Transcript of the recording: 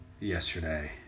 yesterday